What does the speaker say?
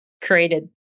created